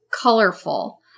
colorful